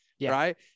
right